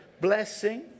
blessing